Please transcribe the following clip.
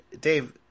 Dave